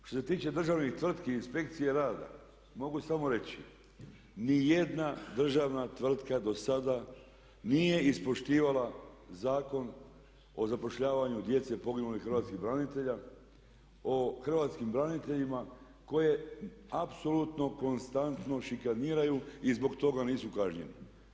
Što se tiče državnih tvrtki i inspekcije rada mogu samo reći nijedna državna tvrtka dosada nije ispoštivala Zakon o zapošljavanju djece poginulih hrvatskih branitelja, o hrvatskim braniteljima koje apsolutno konstantno šikaniraju i zbog toga nisu kažnjeni.